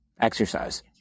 exercise